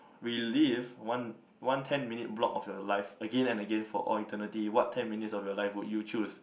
relive one one ten minute block of your life again and again for all eternity what ten minutes of your life would you choose